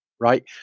right